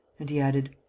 and he added,